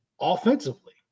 offensively